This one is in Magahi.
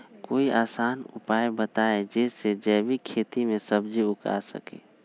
कोई आसान उपाय बताइ जे से जैविक खेती में सब्जी उगा सकीं?